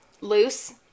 loose